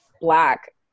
Black